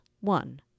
one